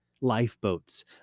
Lifeboats